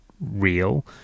real